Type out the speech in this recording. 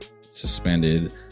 Suspended